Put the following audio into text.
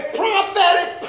prophetic